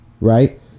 Right